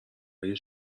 های